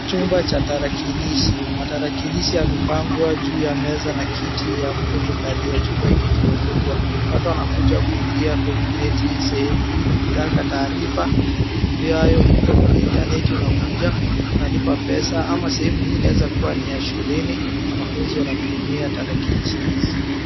Chumba cha tarakilishi, matarakilishi yamepangwa juu ya meza na kiti ya mtu kukalia. Chumba hiki kimefungwa watu wanakuja kuingia kwenye mneti sehemu hii, ukitaka taarifa mambo hiyo iko kwenye intaneti unakuja unalipa pesa ama sehemu hii inaezakuwa ni ya shuleni wanafunzi wanatumia tarakilishi hizi.